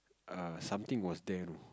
err something was there though